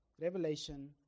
Revelation